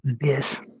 Yes